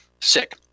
sick